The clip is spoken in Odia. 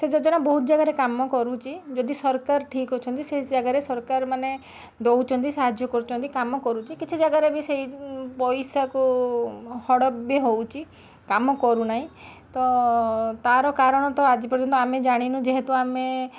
ସେ ଯୋଜନା ବହୁତ ଜାଗାରେ କାମ କରୁଛି ଯଦି ସରକାର ଠିକ୍ ଅଛନ୍ତି ସେ ଜାଗାରେ ସରକାର ମାନେ ଦେଉଛନ୍ତି ସାହାଯ୍ୟ କରୁଛନ୍ତି କାମ କରୁଛି କିଛି ଜାଗାରେ ବି ସେଇ ପଇସାକୁ ହଡପ୍ ବି ହେଉଛି କାମ କରୁ ନାହିଁ ତ ତା'ର କାରଣ ତ ଆଜି ପର୍ଯ୍ୟନ୍ତ ଆମେ ଜାଣିନୁ ଯେହେତୁ ଆମେ